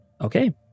Okay